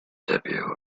debut